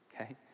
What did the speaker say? Okay